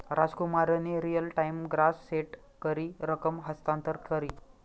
रामकुमारनी real time gross set करी रकम हस्तांतर करी